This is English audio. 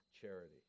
charity